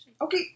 okay